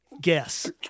guess